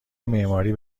معماری